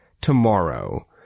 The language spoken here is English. tomorrow